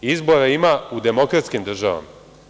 Izbora ima u demokratskim državama.